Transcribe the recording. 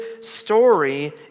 story